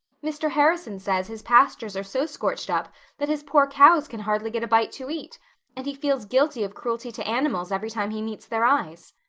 mr. harrison says his pastures are so scorched up that his poor cows can hardly get a bite to eat and he feels guilty of cruelty to animals every time he meets their eyes.